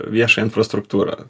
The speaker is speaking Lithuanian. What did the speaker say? viešą infrastruktūrą